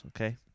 okay